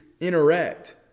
interact